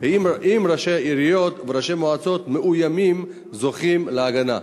3. האם ראשי עיריות וראשי מועצות מאוימים זוכים להגנה?